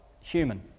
human